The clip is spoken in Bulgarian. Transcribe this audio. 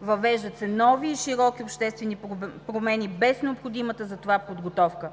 въвеждат се нови и широки обществени промени, без необходимата за това подготовка.